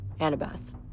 annabeth